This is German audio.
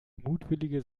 mutwillige